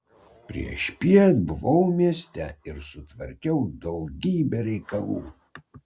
priešpiet buvau mieste ir sutvarkiau daugybę reikalų